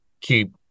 keep